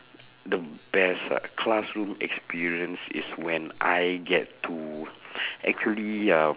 the best ah classroom experience is when I get to actually uh